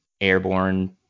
airborne